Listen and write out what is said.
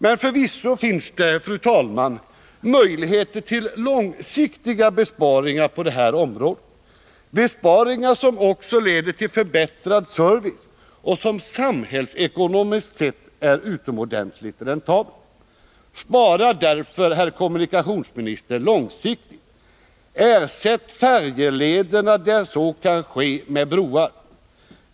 Men förvisso finns det, fru talman, möjligheter till långsiktiga besparingar på detta område, besparingar som också leder till förbättrad service och som samhällsekonomiskt sett är utomordentligt räntabla. Spara därför, herr kommunikationsminister, långsiktigt! Ersätt färjelederna där så kan ske med broar!